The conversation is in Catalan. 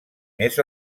més